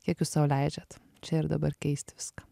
kiek jūs sau leidžiat čia ir dabar keisti viską